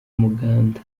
umuganda